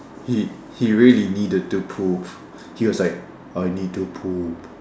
he he really needed to poop he was like I need to poop